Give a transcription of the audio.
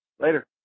later